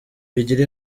bigira